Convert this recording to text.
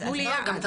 תנו לי יעד.